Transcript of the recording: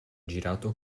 girato